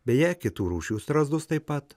beje kitų rūšių strazdus taip pat